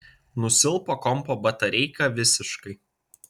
nusilpo kompo batareika visiškai